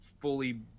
fully